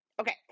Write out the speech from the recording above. Okay